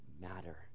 matter